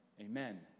Amen